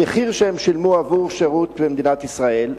המחיר שהם שילמו עבור שירות במדינת ישראל,